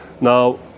Now